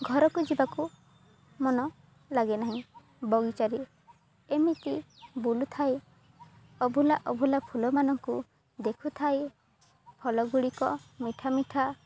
ଘରକୁ ଯିବାକୁ ମନ ଲାଗେ ନାହିଁ ବଗିଚାରେ ଏମିତି ବୁଲୁଥାଏ ଅଭୁଲା ଅଭୁଲା ଫୁଲମାନଙ୍କୁ ଦେଖୁଥାଏ ଫଳଗୁଡ଼ିକ ମିଠା ମିଠା